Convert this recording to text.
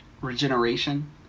regeneration